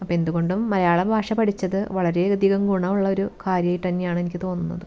അപ്പം എന്തുകൊണ്ടും മലയാള ഭാഷ പഠിച്ചത് വളരെ അധികം ഗുണം ഉള്ളൊരു കാര്യമായിട്ട് തന്നെയാണ് എനിക്ക് തോന്നുന്നത്